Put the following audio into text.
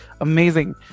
amazing